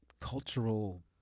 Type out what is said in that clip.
cultural